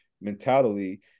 mentality